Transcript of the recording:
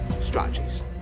strategies